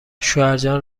شوهرجان